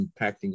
impacting